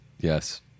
Yes